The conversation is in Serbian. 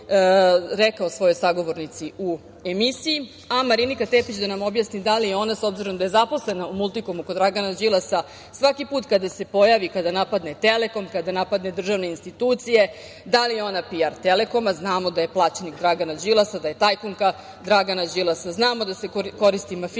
rekao svojoj sagovornici u emisiji, a Marinika Tepić da nam objasni da li je ona, s obzirom da je zaposlena u „Multikomu“, kod Dragana Đilasa, svaki put kada se pojavi, kada napadne „Telekom“, kada napadne državne institucije, da li je ona PR „Telekoma“? Znamo da je plaćenik Dragana Đilasa, da je tajkunka Dragana Đilasa. Znamo da se koristi mafijaškim